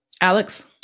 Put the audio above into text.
Alex